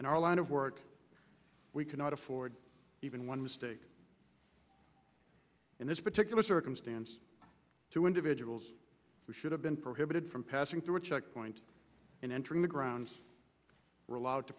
in our line of work we cannot afford even one mistake in this particular circumstance two individuals who should have been prohibited from passing through a checkpoint and entering the grounds were allowed to